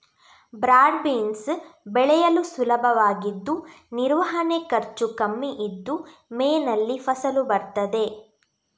broad beans ಬೆಳೆಯಲು ಸುಲಭವಾಗಿದ್ದು ನಿರ್ವಹಣೆ ಖರ್ಚು ಕಮ್ಮಿ ಇದ್ದು ಮೇನಲ್ಲಿ ಫಸಲು ಬರ್ತದೆ